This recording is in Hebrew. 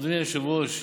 אדוני היושב-ראש,